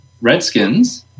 Redskins